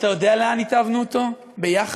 ואתה יודע לאן ניתבנו אותו ביחד,